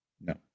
No